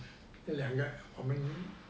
这两个我们